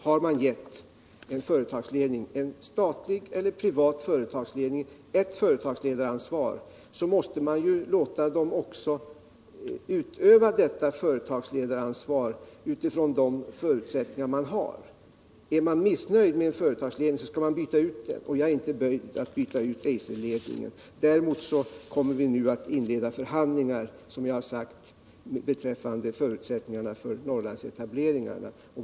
Har man gett en statlig eller privat företagsledning ett företagsledaransvar, så måste man ju också låta den utöva detta ansvar på grundval av de förutsättningar som föreligger. Är man missnöjd med en företagsledning skall man byta ut den, och jag är inte böjd för att byta ut Eisers ledning. Däremot kommer vi nu, som jag har sagt, att inleda förhandlingar beträffande förutsättningarna för Norrlandsetableringarna.